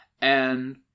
and-